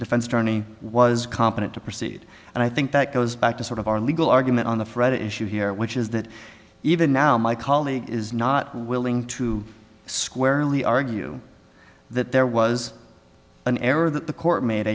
defense attorney was competent to proceed and i think that goes back to sort of our legal argument on the fret issue here which is that even now my colleague is not willing to squarely argue that there was an error that the court made